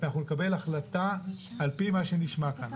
אנחנו נקבל החלטה על פי מה שנשמע כאן.